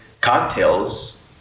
cocktails